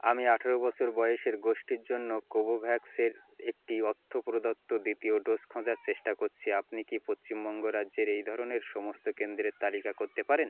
আমি আঠেরো বছর বয়সের গোষ্ঠীর জন্য কোভোভ্যাক্সের একটি অর্থ প্রদত্ত দ্বিতীয় ডোজ খোঁজার চেষ্টা করছি আপনি কি পশ্চিমবঙ্গ রাজ্যের এই ধরনের সমস্ত কেন্দ্রের তালিকা করতে পারেন